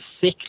sick